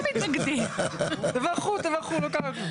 יש לנו רק כמה הערות לנוסח, לפחות לי.